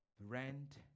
Rent